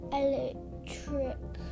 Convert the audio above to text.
electric